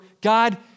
God